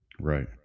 Right